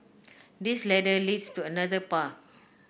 this ladder leads to another path